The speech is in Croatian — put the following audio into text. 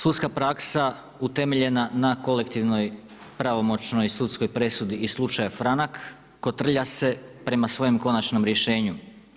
Sudska praksa utemeljena na kolektivnoj pravomoćnoj sudskoj presudi iz slučaja Franak kotrlja se prema svojem konačnom rješenju.